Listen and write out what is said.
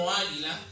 águila